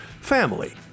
family